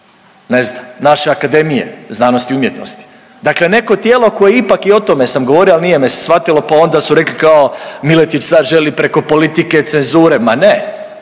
ne znam naše Akademije znanosti i umjetnosti? Dakle, neko tijelo koje ipak i o tome sam govorio, ali nije me se svatilo pa onda su rekli kao Miletić sad želi preko politike cenzure, ma ne,